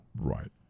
Right